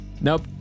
Nope